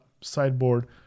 sideboard